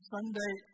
Sunday